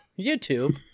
YouTube